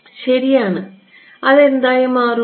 ശരിയാണ് അത് എന്തായി മാറും